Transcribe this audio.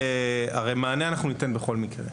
הרי מענה אנחנו ניתן בכל מקרה.